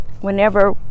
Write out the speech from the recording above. whenever